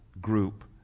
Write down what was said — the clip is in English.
group